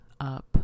up